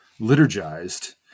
liturgized